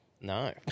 No